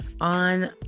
on